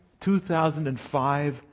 2005